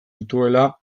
dituela